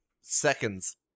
seconds